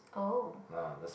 oh